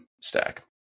stack